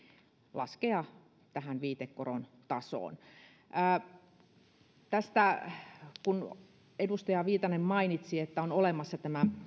laskea viitekoron tasoon kun edustaja viitanen mainitsi että on olemassa tämä